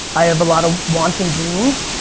i have a lot of wants and dreams,